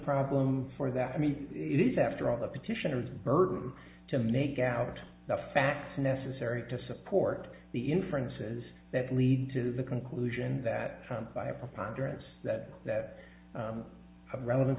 problem for that i mean it is after all the petitioners burden to make out the fact necessary to support the inferences that lead to the conclusion that by a preponderance that that relevan